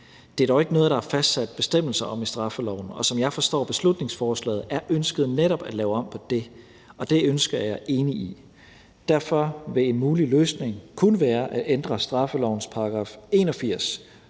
Det er dog ikke noget, der er fastsat bestemmelser om i straffeloven, og som jeg forstår beslutningsforslaget, er ønsket netop at lave om på det, og det ønske er jeg enig i. Derfor vil en mulig løsning kunne være at ændre straffelovens § 81